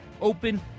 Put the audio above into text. open